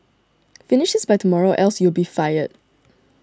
finish this by tomorrow or else you'll be fired